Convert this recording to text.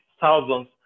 thousands